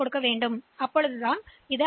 எனவே இது எச்